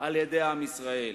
על-ידי עם ישראל.